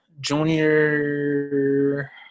junior